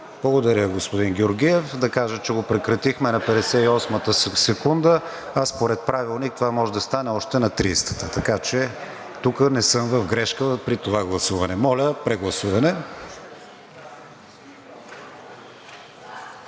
Благодаря, господин Георгиев. Да кажа, че го прекратих на 58-ата секунда, а според Правилника това може да стане още на 30-ата, така че тук не съм в грешка при това гласуване. Моля, прегласуване.